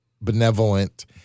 benevolent